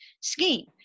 scheme